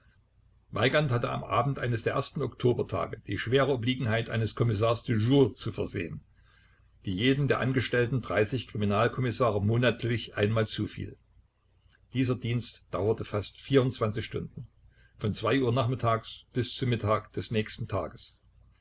weigand hatte am abend eines der ersten oktobertage die schwere obliegenheit eines kommissars du jour zu versehen die jedem der angestellten kriminal kommissare monatlich einmal zufiel dieser dienst dauerte fast stunden von uhr nachmittags bis zum mittag des nächsten tages